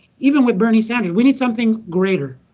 even with bernie sanders. we need something greater.